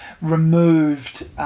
removed